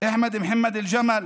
אחמד מוחמד אל-ג'מל,